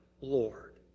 Lord